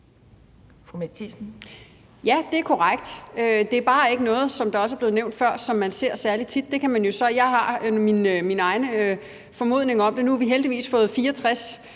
Ja, det er korrekt. Det er bare ikke noget, som der også er blevet nævnt før, som man ser særlig tit. Jeg har min egen formodning om det, og nu har vi fra Nye